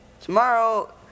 Tomorrow